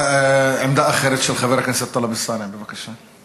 עמדה אחרת, של חבר הכנסת טלב אלסאנע, בבקשה.